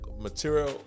material